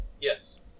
Yes